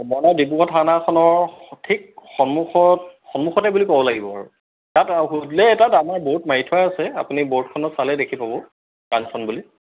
মৰাণৰ ডিব্ৰুগড় থানাখনৰ ঠিক সন্মুখত সন্মুখতে বুলি ক'ব লাগিব আৰু তাত সুধিলে তাত আমাৰ ব'ৰ্ড মাৰি থোৱা আছে আপুনি ব'ৰ্ডখনত চালে দেখি পাব কাঞ্চন বুলি